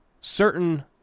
certain